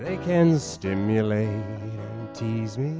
they can stimulate tease me